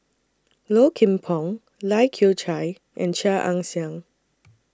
Low Kim Pong Lai Kew Chai and Chia Ann Siang